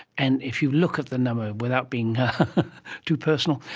and if you look at the number without being too personal,